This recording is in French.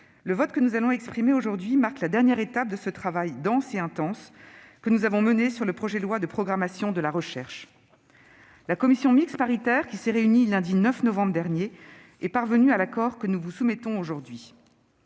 le vote que nous allons exprimer aujourd'hui marque la dernière étape du travail dense et intense que nous avons mené jusqu'alors sur le projet de loi de programmation de la recherche pour les années 2021 à 2030. La commission mixte paritaire, qui s'est réunie le mardi 9 novembre dernier, est parvenue à l'accord que nous vous soumettons aujourd'hui.